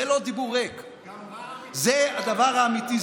זה לא דיבור ריק, גם, זה הדבר האמיתי.